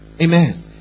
Amen